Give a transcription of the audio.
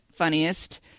funniest